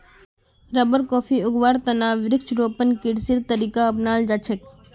rubber, coffee उगव्वार त न वृक्षारोपण कृषिर तरीका अपनाल जा छेक